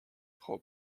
frau